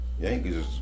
Yankees